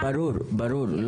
ברור, ברור.